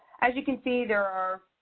as you can see, there are,